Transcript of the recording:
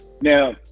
now